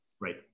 Right